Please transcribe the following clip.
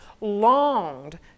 longed